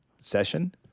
session